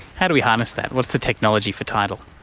how do we harness that? what's the technology for tidal?